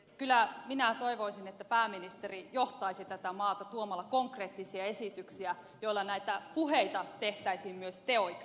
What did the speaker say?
kyllä minä toivoisin että pääministeri johtaisi tätä maata tuomalla konkreettisia esityksiä joilla näitä puheita tehtäisiin myös teoiksi